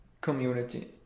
Community